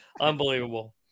Unbelievable